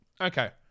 Okay